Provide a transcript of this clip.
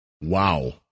wow